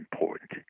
important